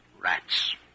Rats